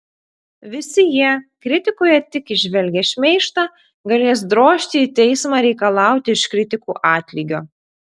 visi jie kritikoje tik įžvelgę šmeižtą galės drožti į teismą reikalauti iš kritikų atlygio